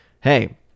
hey